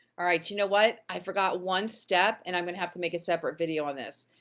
alright, you know what? i forgot one step, and i'm gonna have to make a separate video on this.